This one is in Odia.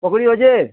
ପକୁଡ଼ି ଅଛେ